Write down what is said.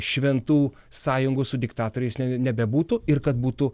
šventų sąjungų su diktatoriais nebebūtų ir kad būtų